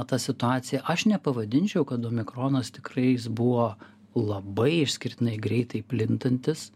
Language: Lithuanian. ta situacija aš nepavadinčiau kad omikronas tikrai jis buvo labai išskirtinai greitai plintantis